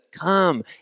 come